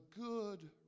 good